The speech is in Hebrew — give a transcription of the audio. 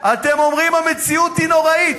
אתם אומרים: המציאות היא נוראית,